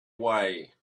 way